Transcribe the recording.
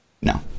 No